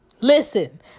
Listen